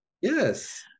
Yes